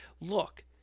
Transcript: look